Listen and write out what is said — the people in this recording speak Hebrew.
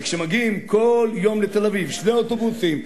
וכשמגיעים כל יום לתל-אביב שני אוטובוסים,